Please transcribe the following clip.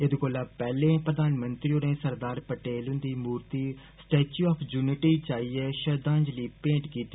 एदे कोला पैहलें प्रधानमंत्री होरें सरदार पटेल हुन्दी मूर्ति स्टेच्यू आफ यूनिटी जाइयै श्रद्वांजलि भेंट कीती